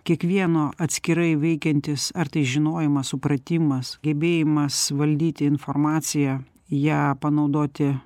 kiekvieno atskirai veikiantis ar tai žinojimas supratimas gebėjimas valdyti informaciją ją panaudoti